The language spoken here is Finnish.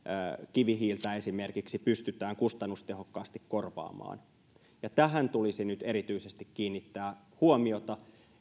kivihiiltä pystytään kustannustehokkaasti korvaamaan tähän tulisi nyt erityisesti kiinnittää huomiota